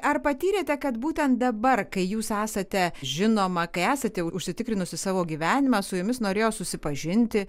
ar patyrėte kad būtent dabar kai jūs esate žinoma kai esate užsitikrinusi savo gyvenimą su jumis norėjo susipažinti